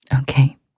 Okay